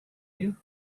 you